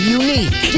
unique